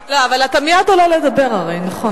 לא, אבל הרי אתה מייד עולה לדבר, נכון?